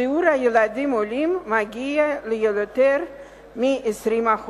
שיעור הילדים העולים מגיע ליותר מ-20%.